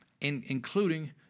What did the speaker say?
including